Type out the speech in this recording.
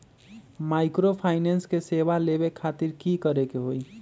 Microfinance के सेवा लेबे खातीर की करे के होई?